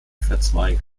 verzweigt